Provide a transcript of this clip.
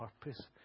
purpose